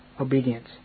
obedience